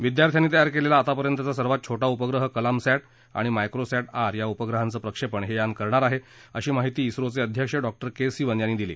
विद्यार्थ्यांनी तयार केलेला आतापर्यंतचा सर्वांत छोटा उपग्रह कलामसेंट आणि मायक्रोसेंट आर या उपग्रहाचं प्रक्षेपण हे यान करणार आहे अशी माहिती झोचे अधक्ष डॉ के सिवन यांनी दिली